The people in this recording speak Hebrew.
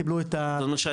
כלומר,